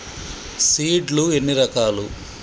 Seed లు ఎన్ని రకాలు?